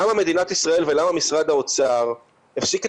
למה מדינת ישראל ולמה משרד האוצר הפסיקו